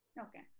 Okay